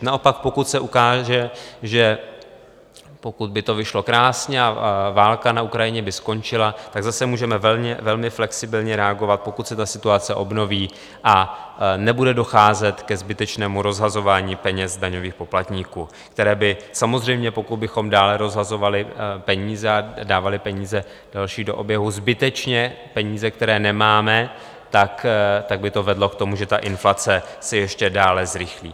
Naopak pokud se ukáže, že pokud by to vyšlo krásně a válka na Ukrajině by skončila, tak zase můžeme velmi flexibilně reagovat, pokud se situace obnoví a nebude docházet ke zbytečnému rozhazování peněz daňových poplatníků, které by samozřejmě, pokud bychom dále rozhazovali peníze a dávali peníze další do oběhu, zbytečně peníze, které nemáme, tak by to vedlo k tomu, že ta inflace se ještě dále zrychlí.